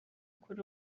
kuri